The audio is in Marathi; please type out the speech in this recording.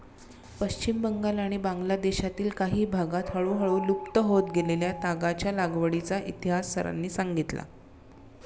पश्चिम बंगाल आणि बांगलादेशातील काही भागांत हळूहळू लुप्त होत गेलेल्या तागाच्या लागवडीचा इतिहास सरांनी सांगितला